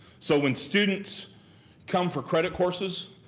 so when students come for credit courses,